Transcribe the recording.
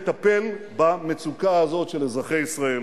אני מתכוון לטפל בה יחד עם,